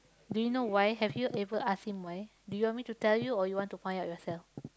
do you know why have you ever ask him why do you want me to tell you or you want to find out yourself